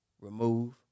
remove